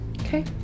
Okay